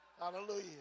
Hallelujah